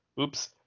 oops